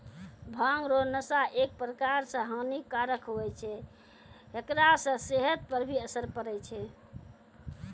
भांग रो नशा एक प्रकार से हानी कारक हुवै छै हेकरा से सेहत पर भी असर पड़ै छै